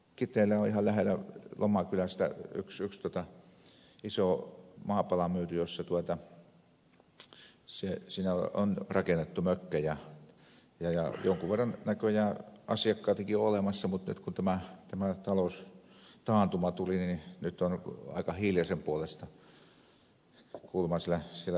kiteellä on ihan lähellä lomakylästä yksi iso maapala myyty jolle on rakennettu mökkejä ja jonkun verran näköjään asiakkaitakin on olemassa mutta nyt kun tämä taloustaantuma tuli niin on aika hiljaisen puoleista kuulemma siellä mökkikylässä